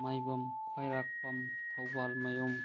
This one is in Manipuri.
ꯃꯥꯏꯕꯝ ꯈ꯭ꯋꯥꯏꯔꯥꯛꯄꯝ ꯊꯧꯕꯥꯜꯃꯌꯨꯝ